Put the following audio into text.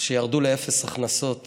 במסדרונות הכנסת